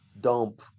dump